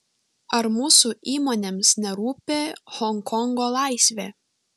ar mūsų įmonėms nerūpi honkongo laisvė